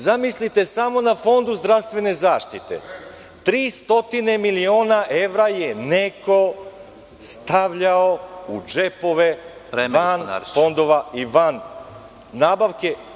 Zamislite samo na Fondu zdravstvene zaštite 300 miliona evra je neko stavljao u džepove van fondova i van nabavke.